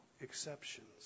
exceptions